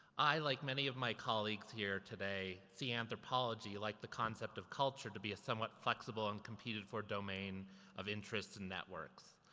i, like many of my colleagues here today, see anthropology, like the concept of culture, to be a somewhat flexible and competed for domain of interests and networks.